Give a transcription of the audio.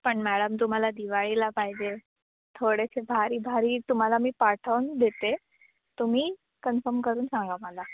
पण मॅडम तुम्हाला दिवाळीला पाहिजे थोडेसे भारी भारी तुम्हाला मी पाठवून देते तुम्ही कन्फम करून सांगा मला